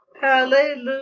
Hallelujah